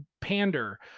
pander